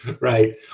Right